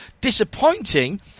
Disappointing